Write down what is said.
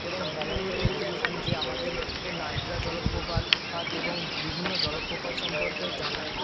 এবং ভমণ করে দেখান যে আমাদের এ নায়েগ্রা জলপ্রপাত হাত এবং বিভিন্ন জলপ্রপাত সম্পর্কে জানান